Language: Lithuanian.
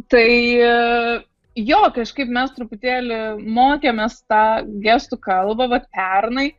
tai jo kažkaip mes truputėlį mokėmės tą gestų kalbą va pernai